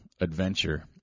adventure